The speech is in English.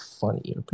funny